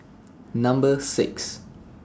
Number six